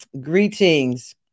greetings